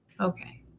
okay